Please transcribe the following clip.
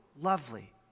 lovely